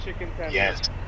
Yes